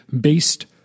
based